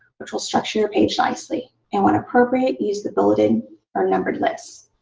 which will structure your page nicely. and when appropriate, use the bulleted or numbered lists.